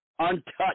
untouched